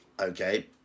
Okay